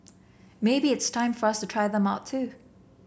maybe it's time for us to try them out too